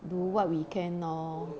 do what we can lor